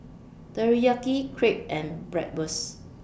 Teriyaki Crepe and Bratwurst